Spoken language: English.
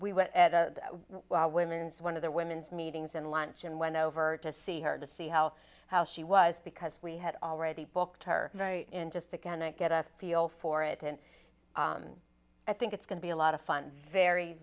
we were at a women's one of the women's meetings and luncheon went over to see her to see how how she was because we had already booked her in just a can i get a feel for it and i think it's going to be a lot of fun very